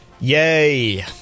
Yay